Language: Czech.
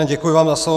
Děkuji vám za slovo.